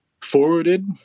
forwarded